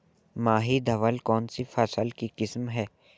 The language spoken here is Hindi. माही धवल कौनसी फसल की किस्म है?